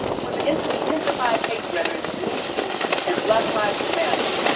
with the intensified hate rhetoric, me too and black lives matter,